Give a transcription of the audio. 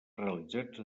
realitzats